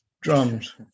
drums